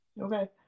Okay